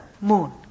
moon